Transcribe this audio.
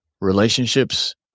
relationships